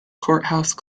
courthouse